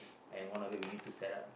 and one of it we need to set up